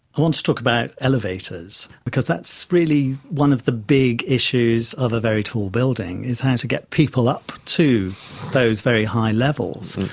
i want to talk about elevators because that's really one of the big issues of a very tall building, is how to get people up to those very high levels.